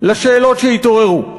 השאלות שהתעוררו.